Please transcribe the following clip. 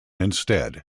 instead